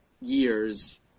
years